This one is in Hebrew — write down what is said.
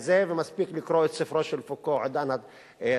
מספיק לקרוא את ספרו של פוקו, "תולדות